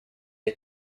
est